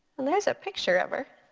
and there's a picture of her,